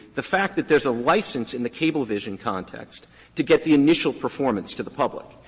the fact that there's a license in the cablevision context to get the initial performance to the public.